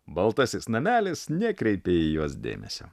baltasis namelis nekreipė į juos dėmesio